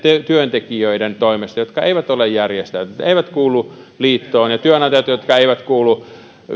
työntekijöiden toimesta jotka eivät ole järjestäytyneitä eivätkä kuulu liittoon ja työnantajien jotka eivät kuulu